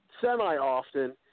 semi-often